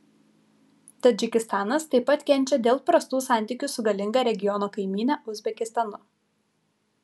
tadžikistanas taip pat kenčia dėl prastų santykių su galinga regiono kaimyne uzbekistanu